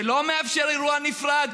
שלא מאפשר אירוע נפרד,